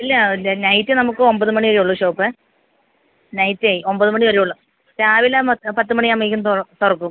ഇല്ല ഇത് നൈറ്റ് നമുക്ക് ഒമ്പത് മണി വരെ ഉള്ളൂ ഷോപ്പ് നൈറ്റേ ഒമ്പത് മണി വരെ ഉള്ള രാവില പത്ത് മണിയാവുമ്പേക്കും തുറക്കും